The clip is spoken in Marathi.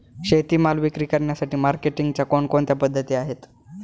शेतीमाल विक्री करण्यासाठी मार्केटिंगच्या कोणकोणत्या पद्धती आहेत?